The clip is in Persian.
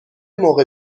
موقع